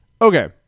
Okay